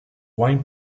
wine